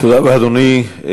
תודה רבה, אדוני.